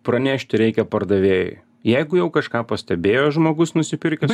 pranešti reikia pardavėjui jeigu jau kažką pastebėjo žmogus nusipirkęs